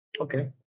Okay